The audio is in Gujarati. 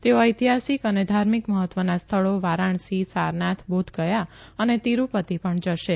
તેઓ ઐતિહાસીક અને ધાર્મિક મહત્વના સ્થળો વારાણસી સારનાથ બોધગયા અને તિરૂ તિ ણ શે